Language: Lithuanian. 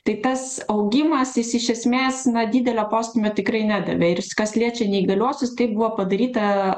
tai tas augimas jis iš esmės na didelio postūmio tikrai nedavė ir kas liečia neįgaliuosius taip buvo padaryta